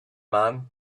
man